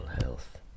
health